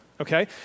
okay